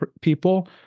people